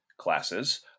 classes